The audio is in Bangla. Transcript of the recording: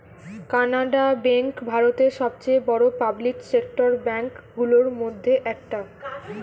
কানাড়া বেঙ্ক ভারতের সবচেয়ে বড়ো পাবলিক সেক্টর ব্যাঙ্ক গুলোর মধ্যে একটা